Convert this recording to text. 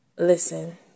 Listen